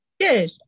Good